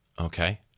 Okay